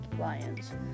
lions